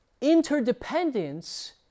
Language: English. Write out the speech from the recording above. interdependence